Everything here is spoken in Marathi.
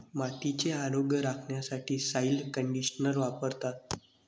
मातीचे आरोग्य राखण्यासाठी सॉइल कंडिशनर वापरतात